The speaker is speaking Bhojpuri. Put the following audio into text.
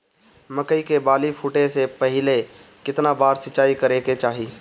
मकई के बाली फूटे से पहिले केतना बार सिंचाई करे के चाही?